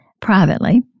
privately